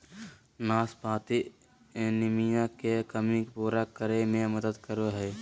नाशपाती एनीमिया के कमी पूरा करै में मदद करो हइ